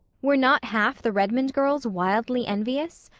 were not half the redmond girls wildly envious?